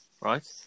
right